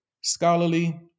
scholarly